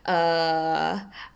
err